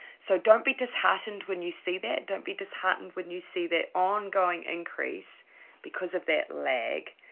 so don't be disheartened when you see that. don't be disheartened when you see that ongoing increase because of that lag,